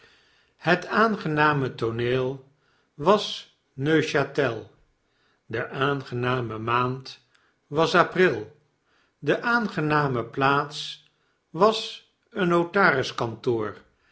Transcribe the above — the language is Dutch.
het aangename tooneel was neuchateljde aangename maand was april de aangename plaats was een